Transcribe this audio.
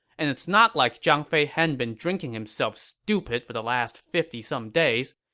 and it's not like zhang fei hadn't been drinking himself stupid for the last fifty some days.